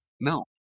No